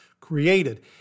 created